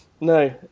No